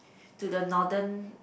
to the northern